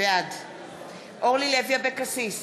בעד אורלי לוי אבקסיס,